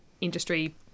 industry